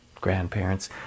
grandparents